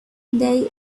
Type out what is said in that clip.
they